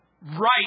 Right